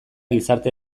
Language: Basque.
gizarte